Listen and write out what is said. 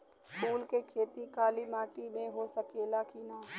फूल के खेती काली माटी में हो सकेला की ना?